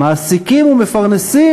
אני מבקשת לסיים.